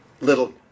little